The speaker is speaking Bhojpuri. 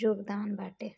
जोगदान बाटे